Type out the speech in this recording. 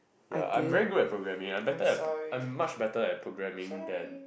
ya I'm very good at programming I'm better at I'm much better at programming than